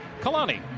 Kalani